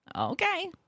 okay